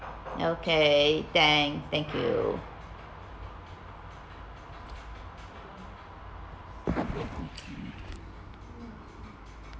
okay thank thank you